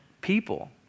people